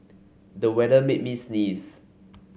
the weather made me sneeze